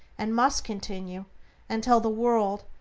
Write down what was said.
and must continue until the world,